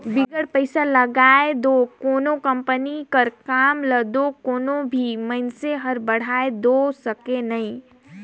बिगर पइसा लगाए दो कोनो कंपनी कर काम ल दो कोनो भी मइनसे हर बढ़ाए दो सके नई